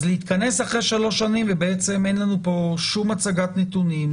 אז להתכנס אחרי 3 שנים ובעצם אין לנו פה שום הצגת נתונים,